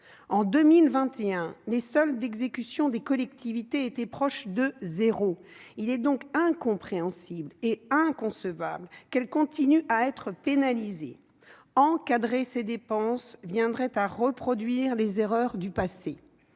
En 2021, les soldes d'exécution des collectivités étaient proches de zéro. Il est donc incompréhensible et inconcevable qu'elles continuent à être pénalisées. Encadrer ces dépenses reviendrait à reproduire les erreurs du passé.